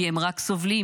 כי הם רק סובלים.